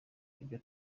ibyo